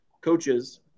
coaches